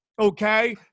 okay